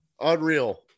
unreal